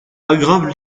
aggravent